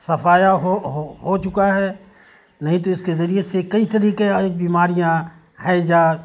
صفایا ہو چکا ہے نہیں تو اس کے ذریعے سے کئی طریقے بیماریاں ہیضہ